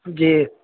جی